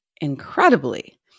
incredibly